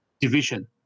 division